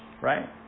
Right